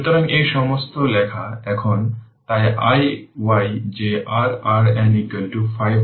সুতরাং V0 V C0 15 volt যা আমরা পেয়েছি